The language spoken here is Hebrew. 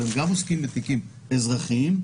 אבל גם הם עוסקים בתיקים אזרחיים,